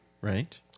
right